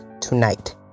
tonight